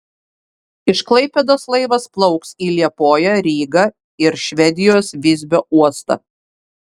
iš klaipėdos laivas plauks į liepoją rygą ir švedijos visbio uostą